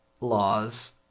laws